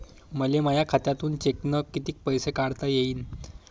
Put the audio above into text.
मले माया खात्यातून चेकनं कितीक पैसे काढता येईन?